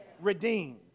redeemed